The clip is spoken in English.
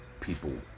people